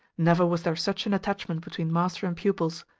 never was there such an attachment between master and pupils.